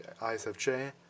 ISFJ